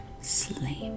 sleep